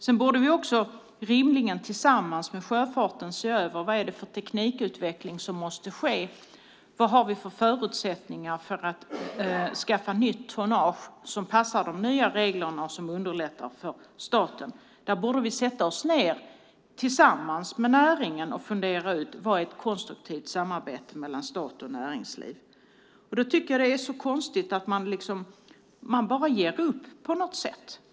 Vi borde också, rimligen tillsammans med sjöfarten, se över vad det är för teknikutveckling som måste ske och vad vi har för förutsättningar att skaffa nytt tonnage som passar de nya reglerna och underlättar för staten. Vi borde sätta oss ned tillsammans med näringen och fundera ut vad som är ett konstruktivt samarbete mellan stat och näringsliv. Jag tycker att det är så konstigt att man bara ger upp på något sätt.